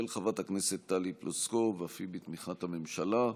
של חברת הכנסת טלי פלוסקוב, אף היא בתמיכת הממשלה.